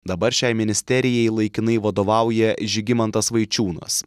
dabar šiai ministerijai laikinai vadovauja žygimantas vaičiūnas